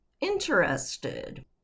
interested